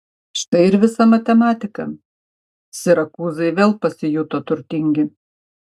štai ir visa matematika sirakūzai vėl pasijuto turtingi